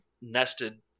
Nested